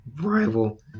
rival